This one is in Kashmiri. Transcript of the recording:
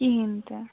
کِہیٖنۍ تہِ